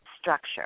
structure